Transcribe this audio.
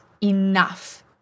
enough